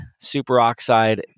superoxide